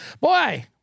boy